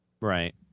Right